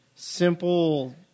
simple